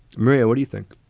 maria, what do you think?